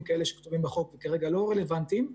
כאלה שכתובים בחוק וכרגע לא רלוונטיים,